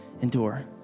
endure